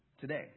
today